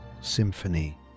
symphony